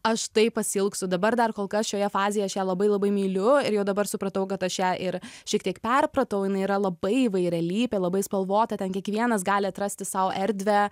aš taip pasiilgstu dabar dar kol kas šioje fazėje aš ją labai labai myliu ir jau dabar supratau kad aš ją ir šiek tiek perpratau jinai yra labai įvairialypė labai spalvota ten kiekvienas gali atrasti sau erdvę